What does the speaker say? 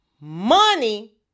money